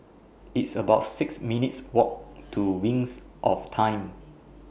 It's about six minutes' Walk to Wings of Time